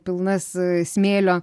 pilnas smėlio